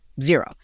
zero